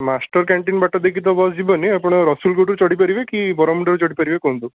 master canteen ବାଟ ଦେଇକି ତ ବସ୍ ଯିବନି ଆପଣ ରସୁଲଗଡାରୁ ଚଢିପାରିବେ କି ବରମୁଣ୍ଡାରୁ ଚଢ଼ିପାରିବେ କୁହନ୍ତୁ